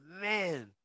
man